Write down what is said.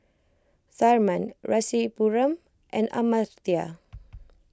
Tharman Rasipuram and Amartya